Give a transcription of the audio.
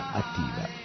attiva